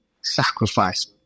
sacrifice